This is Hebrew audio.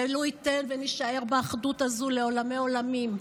ומי ייתן ונישאר באחדות הזאת לעולמי-עולמים.